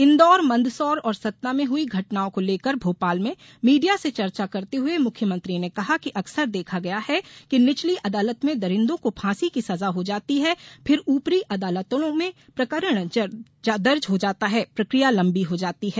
इंदौर मंदसौर और सतना में हुई घटनाओं को लेकर भोपाल में मीडिया से चर्चा करते हुये मुख्यमंत्री ने कहा कि अकसर देखा गया है कि निचली अदालत में दरिंदों को फांसी की सजा हो जाती है फिर ऊपरी अदालतों में प्रकरण जाता है तो प्रक्रिया लंबी हो जाती है